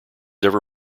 ever